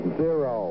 zero